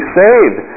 saved